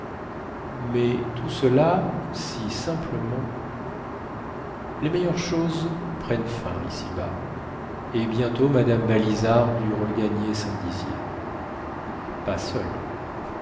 mais tout cela si simplement les meilleures choses prennent fin ici-bas et bientôt mme balizard dut regagner saint dizier pas seule